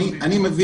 מצוין.